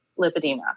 lipedema